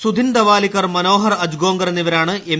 സുധിൻ ധവാലിക്ക്ർ മനോഹർ അജ്ഗോങ്കർ എന്നിവരാണ് എം